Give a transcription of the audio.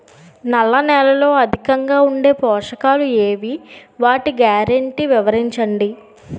నల్ల నేలలో అధికంగా ఉండే పోషకాలు ఏవి? వాటి గ్యారంటీ వివరించండి?